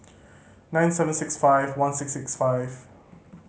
nine seven six five one six six five